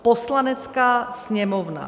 Poslanecká sněmovna